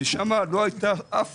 שם לא הייתה אף